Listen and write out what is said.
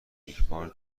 یکبار